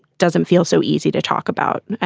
doesn't feel so easy to talk about.